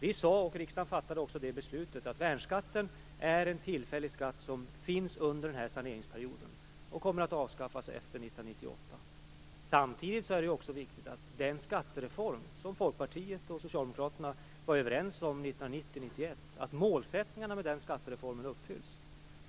Vi sade - och riksdagen fattade också det beslutet - att värnskatten är en tillfällig skatt, som finns under den här saneringsperioden och som kommer att avskaffas efter 1998. Samtidigt är det också viktigt att målsättningarna uppfylls med den skattereform som Folkpartiet och Socialdemokraterna var överens om 1990-1991.